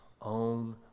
own